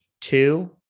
Two